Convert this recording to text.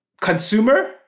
consumer